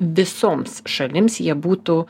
visoms šalims jie būtų